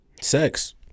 Sex